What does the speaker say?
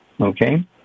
Okay